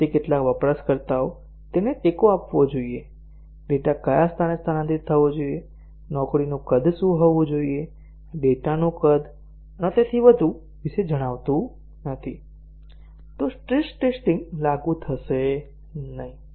જો તે કેટલા વપરાશકર્તાઓ તેને ટેકો આપવો જોઈએ ડેટા કયા સ્થાને સ્થાનાંતરિત થવો જોઈએ નોકરીનું કદ શું હોવું જોઈએ ડેટાનું કદ અને તેથી વધુ વિશે જણાવતું નથી તો સ્ટ્રેસ ટેસ્ટીંગ લાગુ થશે નહીં